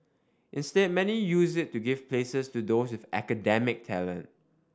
instead many use it to give places to those with academic talent